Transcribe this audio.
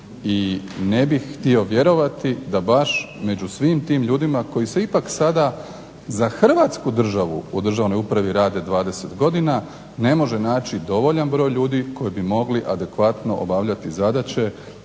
i ne bih htio vjerovati da među svim tim ljudima koji se ipak sada za Hrvatsku državu u državnoj upravi rade 20 godina, ne može naći dovoljan broj ljudi koji bi mogli adekvatno obavljati zadaće